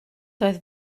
doedd